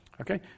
Okay